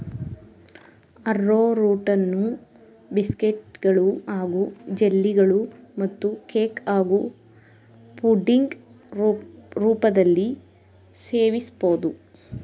ಆರ್ರೋರೂಟನ್ನು ಬಿಸ್ಕೆಟ್ಗಳು ಹಾಗೂ ಜೆಲ್ಲಿಗಳು ಮತ್ತು ಕೇಕ್ ಹಾಗೂ ಪುಡಿಂಗ್ ರೂಪದಲ್ಲೀ ಸೇವಿಸ್ಬೋದು